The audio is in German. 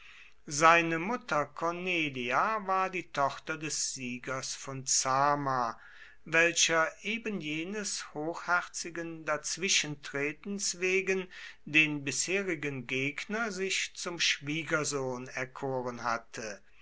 seine mutter cornelia war die tochter des siegers von zama welcher ebenjenes hochherzigen dazwischentretens wegen den bisherigen gegner sich zum schwiegersohn erkoren hatte